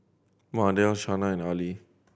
Mardell Shana and Arley